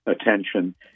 attention